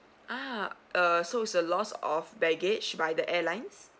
ah uh so it's a loss of baggage by the airlines